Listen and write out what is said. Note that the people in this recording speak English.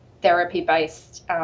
therapy-based